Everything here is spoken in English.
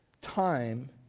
time